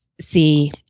see